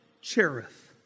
Cherith